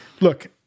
Look